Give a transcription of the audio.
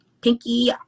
pinky